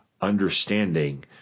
understanding